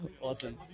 Awesome